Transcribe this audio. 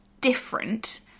different